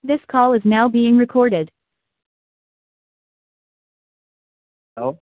this call is now being recorded hello